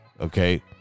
okay